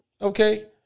Okay